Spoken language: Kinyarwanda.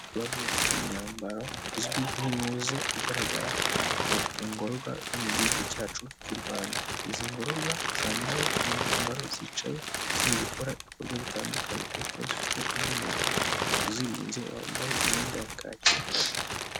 Mu myambaro izwi nk'inkuze igaragara mu ngororwa zo mu gihugu cyacu cy'u rwanda izingororwa zambaye imyambaro zicaye ziri gukora ibikorwa bitandukanye ariko zifite undi muntu uzirinze wambaye imyenda ya kacye.